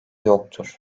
yoktur